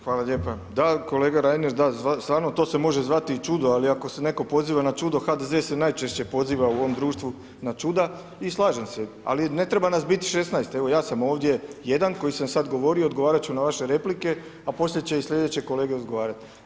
Hvala lijepa, da kolega Reiner, da stvarno to se može zvati i čudo, ali ako se netko poziva na čudo, HDZ se najčešće poziva u ovom društvu na čuda i slažem se ali ne treba nas biti 16 evo ja sam ovdje 1 koji sam sad govorio, odgovara ću na vaše replike, a poslije će i slijedeće kolege odgovarat.